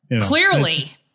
Clearly